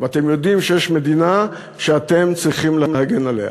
ואתם יודעים שיש מדינה שאתם צריכים להגן עליה,